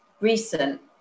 recent